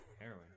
Heroin